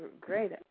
great